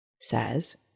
says